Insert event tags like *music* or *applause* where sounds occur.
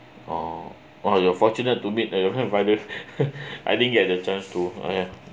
oh !wow! you are fortunate to meet uh your riders *laughs* I didn't get the chance to uh ya